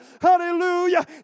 hallelujah